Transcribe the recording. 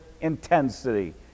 intensity